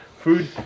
food